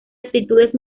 aptitudes